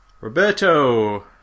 Roberto